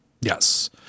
Yes